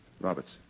Roberts